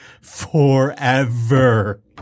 forever